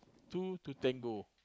two to tango